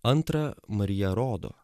antra marija rodo